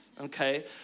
Okay